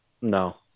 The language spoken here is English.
No